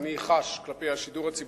שאני חש כלפי השידור הציבורי